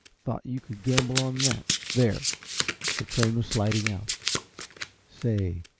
thought you could gamble on that. there the train was sliding out say,